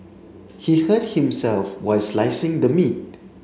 he hurt himself while slicing the meat